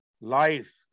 life